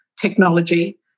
technology